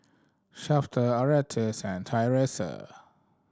Shafter Erastus and Tyrese